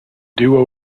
duo